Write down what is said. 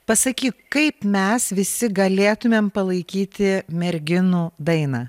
pasakyk kaip mes visi galėtumėm palaikyti merginų dainą